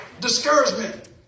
Discouragement